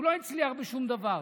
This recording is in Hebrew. הוא לא הצליח בשום דבר.